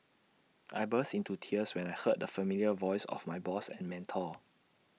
I burst into tears when I heard the familiar voice of my boss and mentor